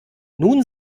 nun